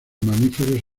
mamíferos